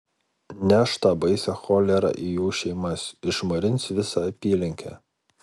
neš tą baisią cholerą į jų šeimas išmarins visą apylinkę